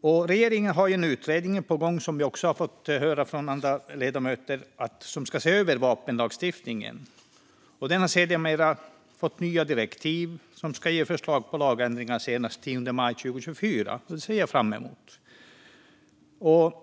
Som vi har hört från andra ledamöter har regeringen en utredning på gång som ska se över vapenlagstiftningen. Den har sedermera fått nya direktiv som ska ge förslag på lagändringar senast den 10 maj 2024, vilket jag ser fram emot.